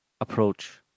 approach